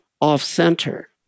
off-center